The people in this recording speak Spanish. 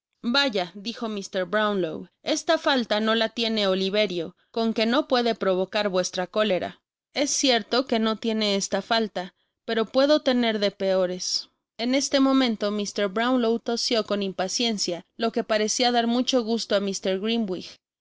yaya dijo mr brownlow esta falta no la tiene oliverio con que no puede provocar vuestra cólera es cierto que no tiene esta falta pero puedo tener de peores en este momento mr brownlow tosió con impaciencia lo que parecia dar mucho gusto á